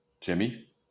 Jimmy